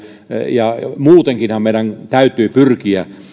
ja muutenkinhan meidän täytyy pyrkiä